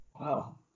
Wow